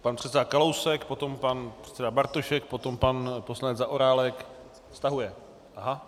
Pan předseda Kalousek, potom pan předseda Bartošek, potom pan poslanec Zaorálek stahuje, aha.